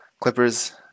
Clippers